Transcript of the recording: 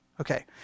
Okay